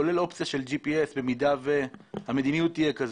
כולל אופציה של GPS במידה והמדיניות תהיה כזו?